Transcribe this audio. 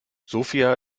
sofia